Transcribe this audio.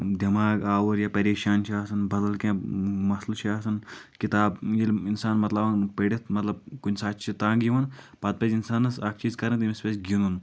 دٮ۪ماغ آوُر یا پریشان چھِ آسان بدل کینٛہہ مسلہٕ چھ آسان کتاب ییٚلہِ انسان متلاون پٔرتھ مطلب کُنہِ ساتہٕ چھِ تنٛگ یِوان پتہٕ پزِ انسانس اکھ چیٖز کرٕنۍ أمِس پزِ گِنٛدُن